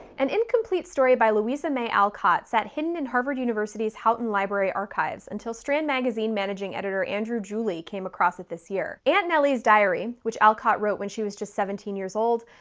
an incomplete story by louisa may alcott sat hidden in harvard university's houghton library archives until strand magazine managing editor andrew gulli came across it this year. aunt nellie's diary, which alcott wrote when she was just seventeen years old,